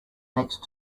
next